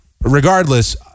Regardless